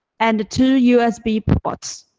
and two usb ports.